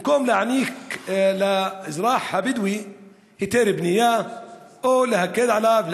במקום להעניק לאזרח הבדואי היתר בנייה או להקל עליו,